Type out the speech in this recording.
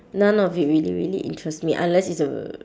none of it really really interests me unless it's a